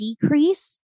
decrease